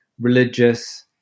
religious